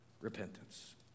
repentance